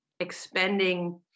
expending